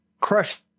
crush